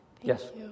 Yes